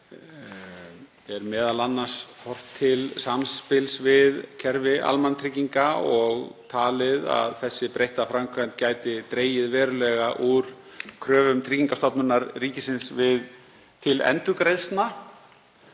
er m.a. horft til samspils við kerfi almannatrygginga og talið að þessi breytta framkvæmd gæti dregið verulega úr kröfum Tryggingastofnunar ríkisins til endurgreiðslna.